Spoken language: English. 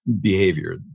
Behavior